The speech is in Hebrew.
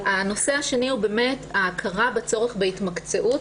הנושא השני הוא ההכרה בצורך בהתמקצעות.